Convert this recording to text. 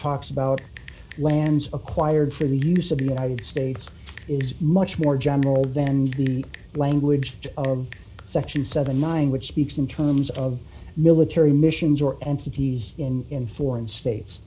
talks about lands acquired for the use of the united states is much more general than the language of section seventy nine dollars which speaks in terms of military missions or entities in in foreign states